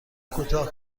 کوتاه